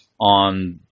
on